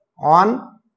on